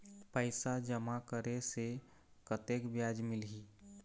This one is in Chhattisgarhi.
पैसा जमा करे से कतेक ब्याज मिलही?